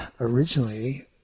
originally